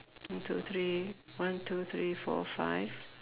one two three one two three four five